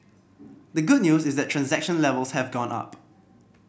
the good news is that transaction levels have gone up